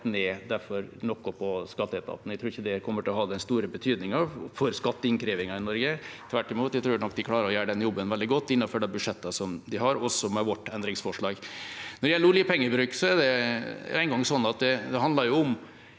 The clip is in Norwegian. ned noe på skatteetaten. Jeg tror ikke det kommer til å ha den store betydningen for skatteinnkrevingen i Norge. Tvert imot, jeg tror nok de klarer å gjøre den jobben veldig godt innenfor de budsjettene de har, også med vårt endringsforslag. Når det gjelder oljepengebruk, er det nå engang sånn at det i praksis